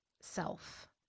self